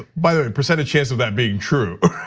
by the percentage chance of that being true.